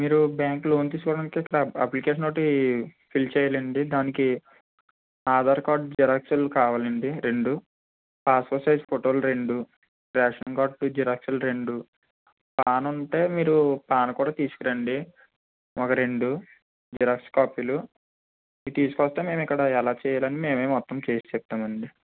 మీరు bank loan తీసుకోవటానికి application ఒకటి ఫీల్ చేయాలండి దానికి ఆధార్ కార్డు జిరాక్స్లు కావాలండి రెండు పాస్పోర్ట్ సైజు ఫోటోలు రెండు రేషన్ కార్డు జిరాక్స్లు రెండు పాన్ ఉంటే మీరు పాన్ కూడా తీసుకురండి ఒక రెండు జిరాక్స్ కాపీలు ఇవి తీసుకు వస్తే మేము ఇక్కడ ఎలా చేయాలో మేము మొత్తం చేసి చెప్తాం అండి